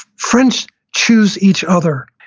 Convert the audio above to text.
friends choose each other.